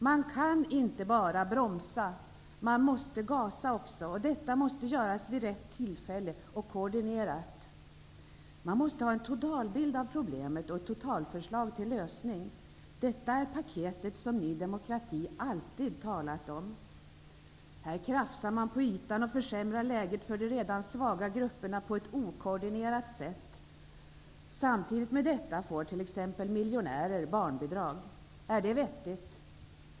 Man kan inte bara bromsa, man måste gasa också, och detta måste göras vid rätt tillfälle och koordinerat. Man måste ha en totalbild av problemet och ett totalförslag till lösning. Detta är paketet som Ny demokrati alltid talat om. Här krafsar man på ytan och försämrar läget för de redan svaga grupperna på ett okoordinerat sätt. Samtidigt med detta får t.ex. miljonärer barnbidrag. Är det vettigt?